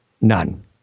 None